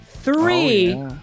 Three